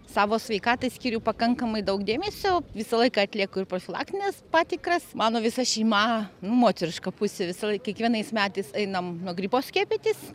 savo sveikatai skiriu pakankamai daug dėmesio visą laiką atlieku ir profilaktines patikras mano visa šeima nu moteriška pusė visąlaik kiekvienais metais einam nuo gripo skiepytis